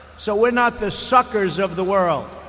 so we're not the suckers of the world.